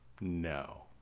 No